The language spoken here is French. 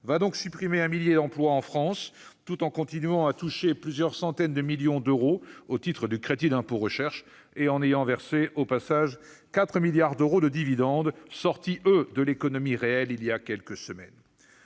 va supprimer un millier d'emplois en France, tout en continuant à toucher plusieurs centaines de millions d'euros au titre du crédit d'impôt recherche et en ayant versé- au passage -4 milliards d'euros de dividendes, qui sont sortis de l'économie réelle il y a quelques semaines.